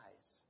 eyes